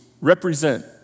represent